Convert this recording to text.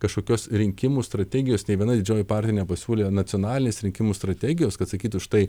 kažkokios rinkimų strategijos nei viena didžioji partija nepasiūlė nacionalinės rinkimų strategijos kad sakytų štai